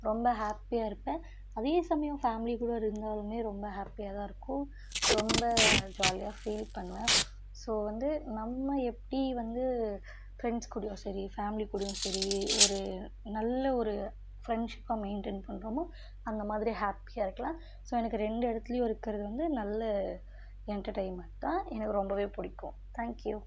ரொம்ப ஹாப்பியாக இருப்பேன் அதே சமயம் ஃபேமிலி கூட இருந்தாலுமே ரொம்ப ஹாப்பியாதான் இருக்கும் ரொம்ப ஜாலியாக ஃபீல் பண்ணுவேன் ஸோ வந்து நம்ம எப்படி வந்து ஃப்ரெண்ட்ஸ் கூடவும் சரி பேமிலி கூடவும் சரி ஒரு நல்ல ஒரு ஃப்ரெண்ட்ஷீப்பை மெயின்டைன் பண்ணுறோமோ அந்த மாதிரி ஹாப்பியாக இருக்கலாம் ஸோ எனக்கு ரெண்டு இடத்துலயும் இருக்கிறது வந்து நல்ல என்டர்டெயின்மென்ட் தான் எனக்கு ரொம்பவே பிடிக்கும் தேங்க்யூ